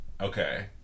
Okay